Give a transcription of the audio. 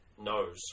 knows